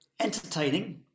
entertaining